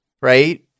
right